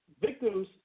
Victims